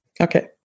Okay